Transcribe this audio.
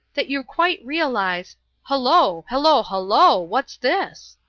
that you quite realize hullo! hullo hullo what's this?